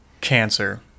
cancer